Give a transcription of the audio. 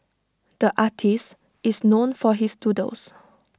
the artist is known for his doodles